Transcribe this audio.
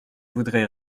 voudrais